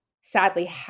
sadly